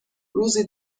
روزی